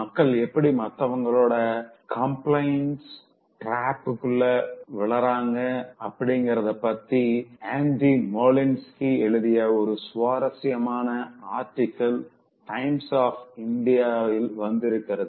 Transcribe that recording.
மக்கள் எப்படி மத்தவங்களோட கம்பிளியன்ஸ் டிராப்குள்ள விழறாங்க அப்படிங்கறத பத்தி அண்டி மொலின்ஸ்கி எழுதிய ஒரு சுவாரசியமான ஆர்டிகள் டைம்ஸ் ஆப் இந்தியாவில் வந்திருந்தது